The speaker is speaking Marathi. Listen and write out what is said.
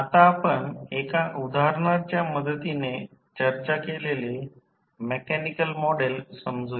आता आपण एका उदाहरणाच्या मदतीने चर्चा केलेले मेकॅनिकल मॉडेल समजू या